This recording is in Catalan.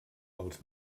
els